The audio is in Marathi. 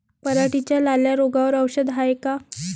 पराटीच्या लाल्या रोगावर औषध हाये का?